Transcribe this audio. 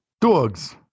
Dogs